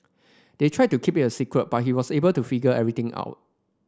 they tried to keep it a secret but he was able to figure everything out